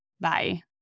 Bye